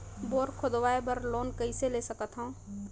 Bore खोदवाय बर loan कइसे ले सकथव?